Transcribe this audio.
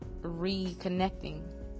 reconnecting